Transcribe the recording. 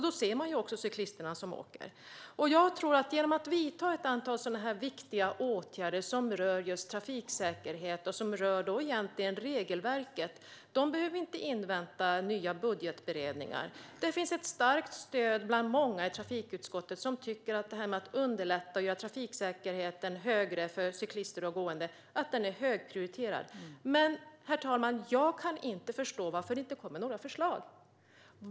Då ser förarna också cyklisterna. Genom att vidta ett antal sådana viktiga åtgärder som rör just trafiksäkerhet, och egentligen regelverket, behöver vi inte invänta nya budgetberedningar. Det finns ett starkt stöd. Många i trafikutskottet tycker att det är högt prioriterat att underlätta för och öka trafiksäkerheten för cyklister och gående. Herr talman! Jag kan inte förstå varför det inte kommer några förslag.